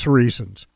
reasons